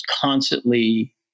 constantly